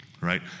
right